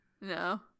No